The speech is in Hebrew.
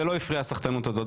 זה לא הפריע הסחטנות הזאת,